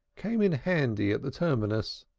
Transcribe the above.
came in handy at the terminus.